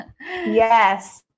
Yes